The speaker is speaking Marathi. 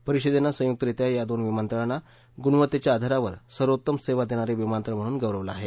परिषदेनं संयुकरित्या या दोन विमानतळांना गुणवत्तेच्या आधारावर सर्वोत्तम सेवा देणारे विमानतळ म्हणून गौरवलं आहे